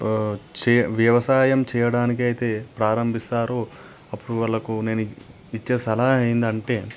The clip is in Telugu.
చే వ్యవసాయం చేయడానికైతే ప్రారంబిస్తారో అప్పుడు వాళ్లకు నేను ఇచ్చే సలహా ఏందంటే